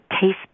taste